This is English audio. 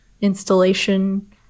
installation